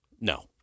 No